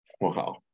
Wow